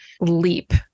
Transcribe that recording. leap